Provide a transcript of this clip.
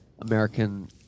American